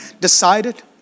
decided